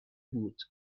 بود